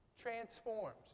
transforms